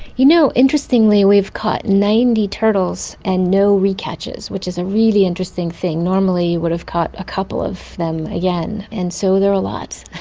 you know, interestingly we've caught ninety turtles and no re-catches, which is a really interesting thing. normally you would have caught a couple of them again, and so there are lots.